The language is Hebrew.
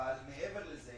ומעבר לזה